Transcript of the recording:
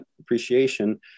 appreciation